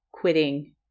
quitting